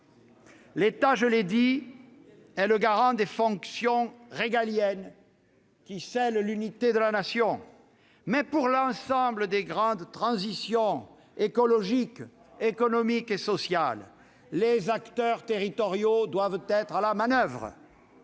l'État, je le répète, est le garant des fonctions régaliennes qui scellent l'unité de la Nation, pour l'ensemble des grandes transitions écologiques, économiques et sociales, ce sont les acteurs territoriaux qui doivent être à la manoeuvre